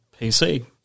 PC